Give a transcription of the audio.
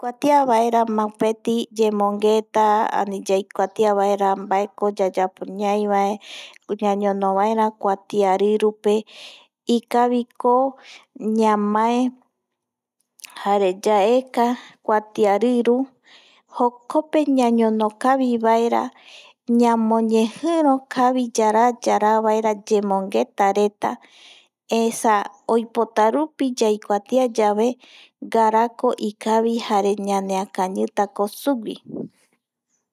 Yaikuatia vaera mopeti yemongeta ani yaikuatiavaera mbaeko yayapo ñai vae ñañono vaera kuatiarirupe ikaviko ñamae. jare yaeka kuatiariru jokope ñañonokavi vaera, ñamoñejiro kavi yaraa yaraa vaera yemomgetareta, esa oipota rupi yaikuatia yave ngarako ikavi jare ñeneakañitako sugui.